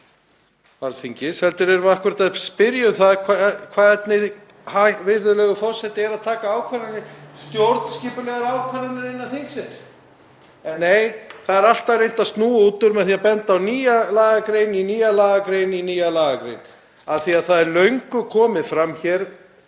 akkúrat að spyrja um það hvernig virðulegur forseti er að taka stjórnskipulegar ákvarðanir innan þingsins. En nei, það er alltaf reynt að snúa út úr með því að benda á nýja lagagrein í nýrri lagagrein í nýrri lagagrein, af því að það er löngu komið fram hér,